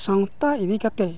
ᱥᱟᱶᱛᱟ ᱤᱫᱤ ᱠᱟᱛᱮᱫ